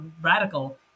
radical